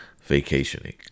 vacationing